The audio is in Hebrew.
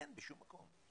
אין בשום מקום.